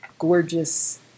Gorgeous